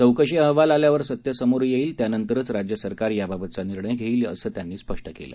चौकशी अहवाल आल्यावर सत्य समोर येईल त्यानंतरच राज्य सरकार त्याबाबतचा निर्णय घेईल असं देशमुख यांनी स्पष्ट केलं